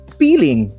feeling